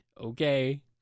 okay